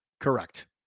correct